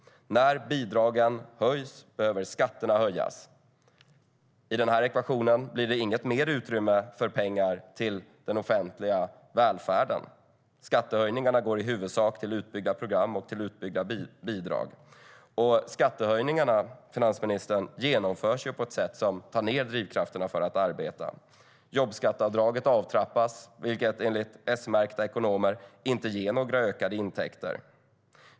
När bidragen höjs behöver skatterna höjas. I den ekvationen blir det inget mer utrymme för pengar till den offentliga välfärden. Skattehöjningarna går i huvudsak till utbyggda program och till utbyggda bidrag. Skattehöjningarna, finansministern, genomförs på ett sätt som tar ned drivkrafterna för att arbeta. Jobbskatteavdraget avtrappas, vilket enligt S-märkta ekonomer inte ger några ökade intäkter.